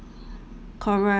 correct